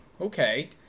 okay